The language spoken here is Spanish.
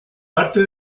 parte